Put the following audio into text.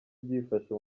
byifashe